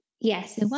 Yes